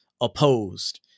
opposed